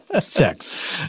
sex